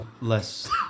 less